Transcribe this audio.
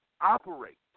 Operate